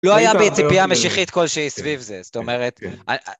לא הייה בי ציפייה משיחית כלשהי סביב זה, זאת אומרת...